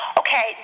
okay